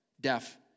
deaf